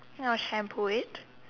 and I'll shampoo it